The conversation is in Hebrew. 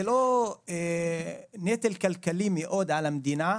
זה לא נטל כלכלי גדול מאוד על המדינה,